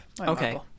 Okay